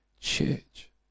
church